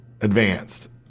Advanced